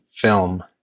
film